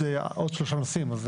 לי עוד שלושה נושאים.